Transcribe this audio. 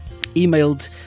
emailed